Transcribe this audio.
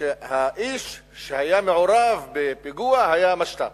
האיש שהיה מעורב בפיגוע היה משת"פ,